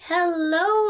Hello